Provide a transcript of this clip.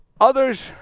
Others